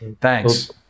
thanks